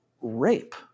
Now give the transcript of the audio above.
rape